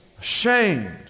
Ashamed